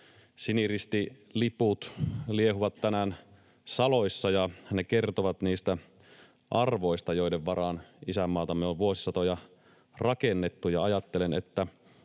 Siniristiliput liehuvat tänään saloissa, ja ne kertovat niistä arvoista, joiden varaan isänmaatamme on vuosisatoja rakennettu,